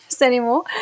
anymore